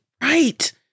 right